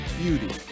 beauty